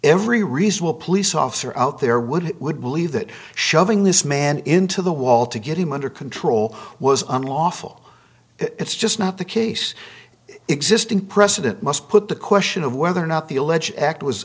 every reasonable police officer out there would would believe that shoving this man into the wall to get him under control was unlawful it's just not the case existing precedent must put the question of whether or not the alleged act was